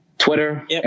twitter